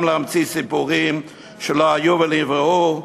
גם להמציא סיפורים שלא היו ולא נבראו,